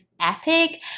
epic